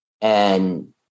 And-